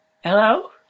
Hello